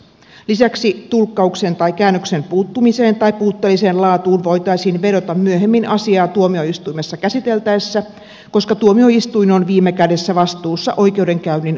lisäksi tulkkauksen tai käännöksen puuttumiseen tai puutteelliseen laatuun voitaisiin vedota myöhemmin asiaa tuomioistuimessa käsiteltäessä koska tuomioistuin on viime kädessä vastuussa oikeudenkäynnin oikeudenmukaisuudesta